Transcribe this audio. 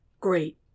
Great